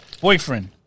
boyfriend